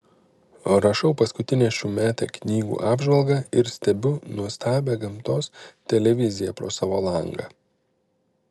rašau paskutinę šiųmetę knygų apžvalgą ir stebiu nuostabią gamtos televiziją pro savo langą